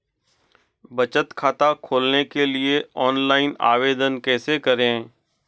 बचत खाता खोलने के लिए ऑनलाइन आवेदन कैसे करें?